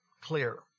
clear